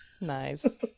Nice